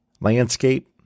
landscape